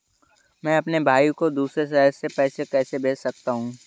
मैं अपने भाई को दूसरे शहर से पैसे कैसे भेज सकता हूँ?